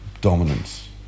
dominance